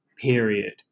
Period